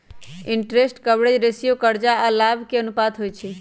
interest coverage ratio करजा आऽ लाभ के अनुपात होइ छइ